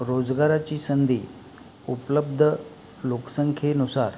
रोजगाराची संधी उपलब्ध लोकसंख्येनुसार